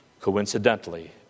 Coincidentally